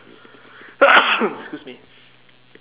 excuse me